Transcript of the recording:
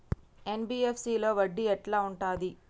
NBFC లో వడ్డీ ఎట్లా ఉంటది?